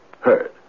Heard